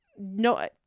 no